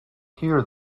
here